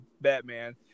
Batman